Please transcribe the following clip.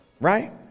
Right